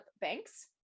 Banks